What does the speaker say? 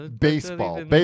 Baseball